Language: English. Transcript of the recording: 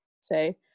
say